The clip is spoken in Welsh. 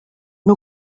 nhw